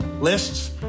lists